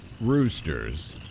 roosters